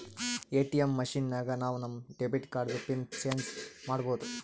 ATM machine ನಾಗ್ ನಾವ್ ನಮ್ ಡೆಬಿಟ್ ಕಾರ್ಡ್ದು ಪಿನ್ ಚೇಂಜ್ ಮಾಡ್ಬೋದು